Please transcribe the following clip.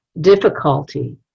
difficulty